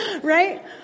Right